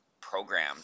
programmed